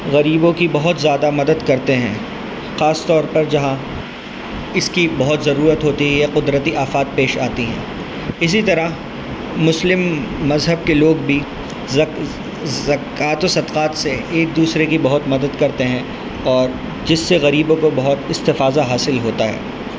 غریبوں کی بہت زیادہ مدد کرتے ہیں خاص طور پر جہاں اس کی بہت ضرورت ہوتی ہے یا قدرتی آفات پیش آتی ہیں اسی طرح مسلم مذہب کے لوگ بھی زکوٰۃ و صدقات سے ایک دوسرے کی بہت مدد کرتے ہیں اور جس سے غریبوں کو بہت استفاضہ حاصل ہوتا ہے